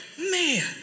Man